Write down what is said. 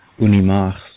Unimars